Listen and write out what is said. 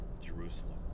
Jerusalem